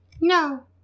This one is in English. No